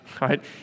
right